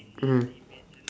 mm